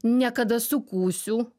ne kada sukūsiu